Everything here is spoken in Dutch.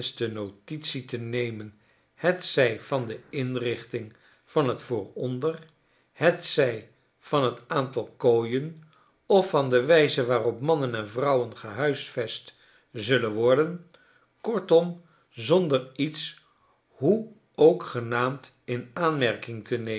de minste notitie te nemen hetzij van de inrichting van t vooronder hetzij van t aantal kooien of van de wijze waarop mannen en vrouwen gehuisvest zullen worden kortom zonder iets hoe ook genaamd in aanmerking te nemen